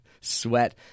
sweat